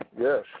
Yes